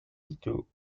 into